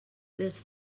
dels